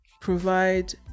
provide